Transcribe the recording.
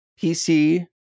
PC